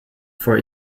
for